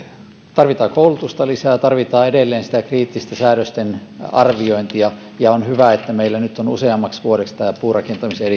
tarvitaan koulutusta lisää tarvitaan edelleen sitä kriittistä säädösten arviointia ja on hyvä että meillä nyt on useammaksi vuodeksi tämä puurakentamisen